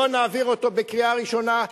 בוא נעביר אותו בקריאה ראשונה,